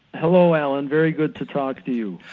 hello alan, very good to talk to you.